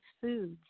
foods